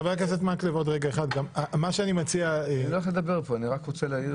רק רוצה להעיר